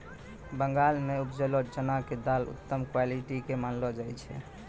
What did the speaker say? बंगाल मॅ उपजलो चना के दाल उत्तम क्वालिटी के मानलो जाय छै